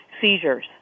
seizures